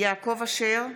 יעקב אשר,